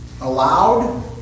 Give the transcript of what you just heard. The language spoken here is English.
allowed